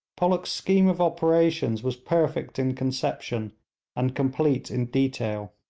pollock's scheme of operations was perfect in conception and complete in detail.